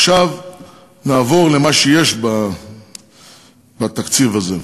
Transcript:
עכשיו נעבור למה שיש בתקציב הזה.